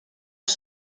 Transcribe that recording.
als